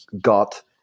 got